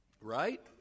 Right